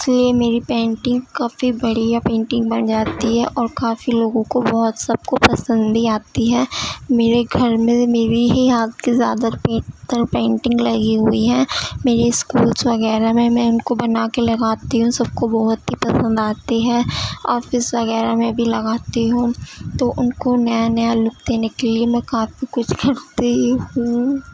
اس لیے میری پینٹنگ کافی بڑھیا پینٹنگ بن جاتی ہے اور کافی لوگوں کو بہت سب کو پسند بھی آتی ہے میرے گھر میں میرے ہی ہاتھ کے زیادہ پے تر پینٹنگ لگی ہوئی ہے میری اسکولس وغیرہ میں میں ان کو بنا کے لگاتی ہوں سب کو بہت ہی پسند آتی ہے آفس وغیرہ میں بھی لگاتی ہوں تو ان کو نیا نیا لک دینے کے لیے میں کافی کچھ کرتی ہوں